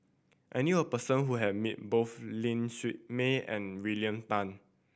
I knew a person who has met both Ling Siew May and William Tan